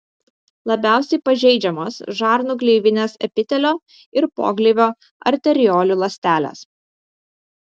labiausiai pažeidžiamos žarnų gleivinės epitelio ir pogleivio arteriolių ląstelės